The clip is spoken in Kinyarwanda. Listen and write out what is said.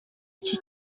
iki